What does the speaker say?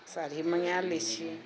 साड़ी मँगाए लै छिऐ